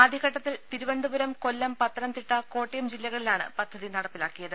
ആദ്യഘട്ടത്തിൽ തിരുവനന്തപുരം കൊല്ലം പത്തനംതിട്ട കോട്ടയം ജില്ലകളിലാണ് പദ്ധതി നടപ്പിലാക്കിയത്